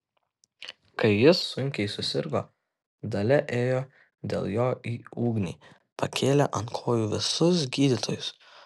kai jis sunkiai susirgo dalia ėjo dėl jo į ugnį pakėlė ant kojų visus gydytojus